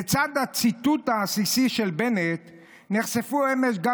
לצד הציטוט העסיסי של בנט נחשפו אמש גם